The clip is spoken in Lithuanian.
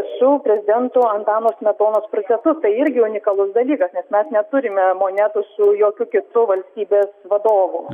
su prezidento antano smetonos korsetu tai irgi unikalus dalykas nes mes neturime monetų su jokiu kitu valstybės vadovu